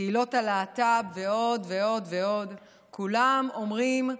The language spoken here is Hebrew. קהילות הלהט"ב ועוד ועוד ועוד, כולם אומרים: